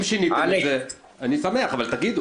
אם שיניתם את זה, אני שמח, אבל תגידו.